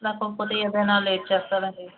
లేకోకపోతే ఏదైనా లేట్ చేస్తారా అండి